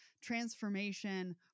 transformation